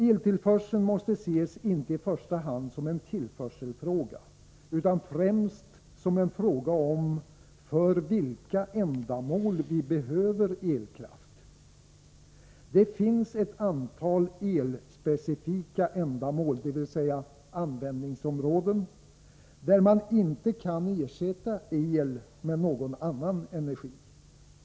Eltillförseln måste ses inte i första hand som en tillförselfråga, utan främst som en fråga om för vilka ändamål vi behöver elkraft. Det finns ett antal elspecifika ändamål, dvs. användningsområden, där man inte kan ersätta el med någon annan energi.